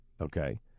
Okay